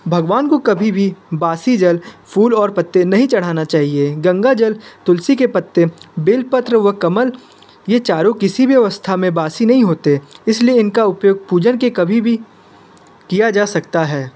भगवान को कभी भी बासी जल फूल और पत्ते नहीं चढ़ाना चाहिए गंगा जल तुलसी के पत्ते बेलपत्र व कमल ये चारों किसी भी अवस्था में बासी नहीं होते इसलिए इनका उपयोग पूजन के कभी भी किया जा सकता है